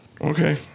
Okay